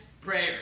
prayer